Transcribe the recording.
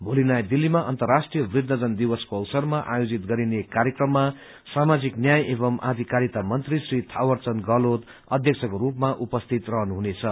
भोली नयाँ दिल्लीमा अन्तर्राष्ट्रीय वृद्धजन दिवसको अवसरमा आयोजित गरिने कार्यक्रममा सामाजिक न्याय एवं अधिकारिता मन्त्री श्री थावरचन्द गहलोत अध्यक्षको रूपमा उपस्थित रहनुहुनेछ